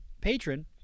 patron